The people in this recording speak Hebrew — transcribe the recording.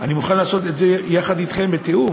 אני מוכן לעשות את זה יחד אתכם, בתיאום,